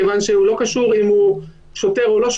כיוון שזה לא קשור אם הוא שוטר או לא,